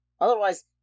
Otherwise